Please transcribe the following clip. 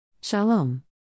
Shalom